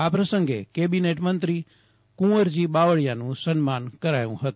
આ પ્રસંગે કેબિનેટ મંત્રી કુંવરજી બાવળિયાનું સન્માન કરાયું હતું